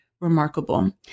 Remarkable